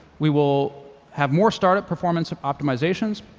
we will have more startup performance ah optimizations,